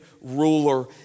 ruler